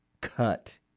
cut